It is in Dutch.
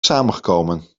samengekomen